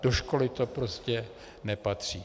Do školy to prostě nepatří.